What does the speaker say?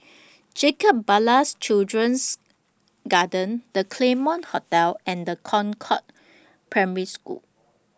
Jacob Ballas Children's Garden The Claremont Hotel and The Concord Primary School